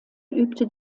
übte